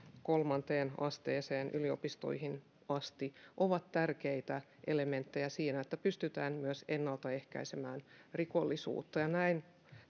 kolmanteen asteeseen yliopistoihin asti ovat tärkeitä elementtejä siinä että pystytään myös ennalta ehkäisemään rikollisuutta ja näin